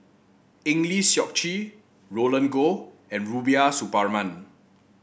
Eng Lee Seok Chee Roland Goh and Rubiah Suparman